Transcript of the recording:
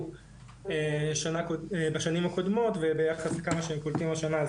בשנים הקודמות וביחס לכמה שקולטים השנה.